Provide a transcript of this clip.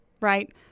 right